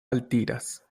altiras